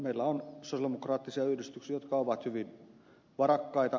meillä on sosialidemokraattisia yhdistyksiä jotka ovat hyvin varakkaita